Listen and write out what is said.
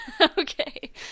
Okay